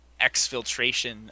exfiltration